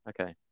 Okay